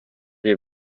die